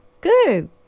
Good